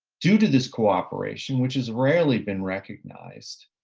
due to this cooperation, which has rarely been recognized,